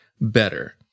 better